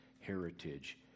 heritage